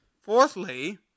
Fourthly